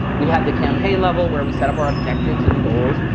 we have the campaign level where we set up our objectives and goals.